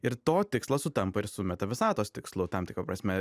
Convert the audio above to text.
ir to tikslas sutampa ir su meta visatos tikslo tam tikra prasme